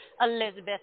Elizabeth